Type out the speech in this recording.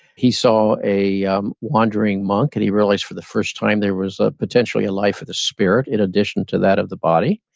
he saw a um wandering monk and he realized for the first time there was ah potentially a life of the spirit, in addition to that of the body.